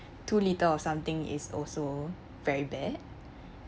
too little of something is also very bad